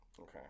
Okay